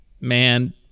man